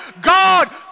God